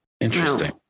Interesting